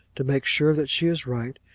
to make sure that she is right,